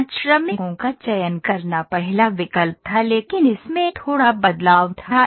5 श्रमिकों का चयन करना पहला विकल्प था लेकिन इसमें थोड़ा बदलाव था